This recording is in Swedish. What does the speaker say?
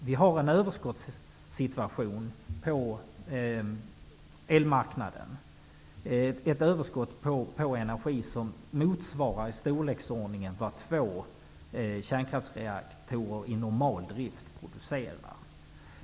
Vi har en överskottssituation på elmarknaden. Det är ett överskott på energi som motsvarar i storleksordningen vad två kärnkraftsreaktorer i normal drift kan producera.